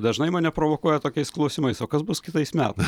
dažnai mane provokuoja tokiais klausimais o kas bus kitais metai